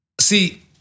see